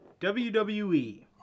WWE